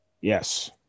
Yes